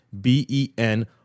B-E-N